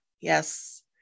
Yes